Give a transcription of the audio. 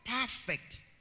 perfect